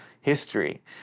history